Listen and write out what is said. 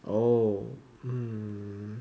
oh mm